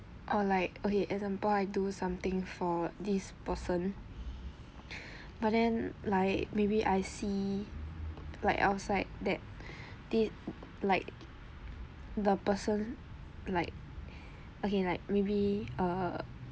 or like okay example I do something for this person but then like maybe I see like outside that did like the person like okay like maybe err